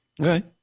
Okay